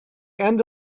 end